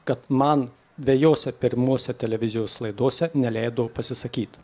kad man dvejose pirmose televizijos laidose neleido pasisakyt